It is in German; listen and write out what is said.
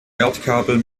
erdkabel